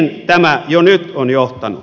mihin tämä jo nyt on johtanut